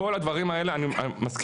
כל הדברים האלה אני מסכים,